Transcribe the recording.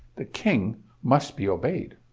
the king must be obeyed.